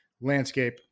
landscape